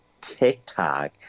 TikTok